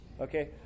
Okay